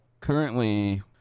currently